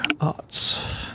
arts